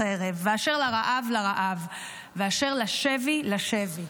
לחרב, ואשר לרעב, לרעב, ואשר לשבי, לשבי.